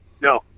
No